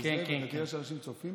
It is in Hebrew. אתה תראה שאנשים צופים פה.